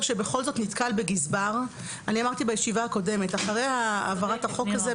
אחרי העברת החוק הזה,